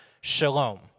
shalom